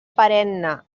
perenne